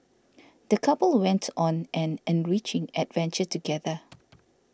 the couple went on an enriching adventure together